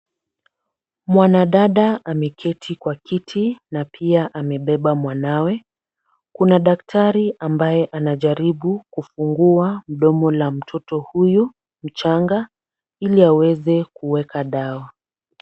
Mwanadada ameketi kwa kiti na pia amebeba mwanawe. Kuna daktari ambaye anajaribu kufungua mdomo la mtoto huyu mchanga ili aweze kuweka dawa.